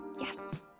Yes